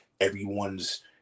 everyone's